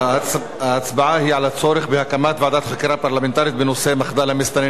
ההצבעה היא על הצורך בהקמת ועדת חקירה פרלמנטרית בנושא מחדל המסתננים.